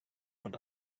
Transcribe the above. und